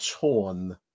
torn